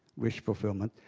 wish-fulfillment,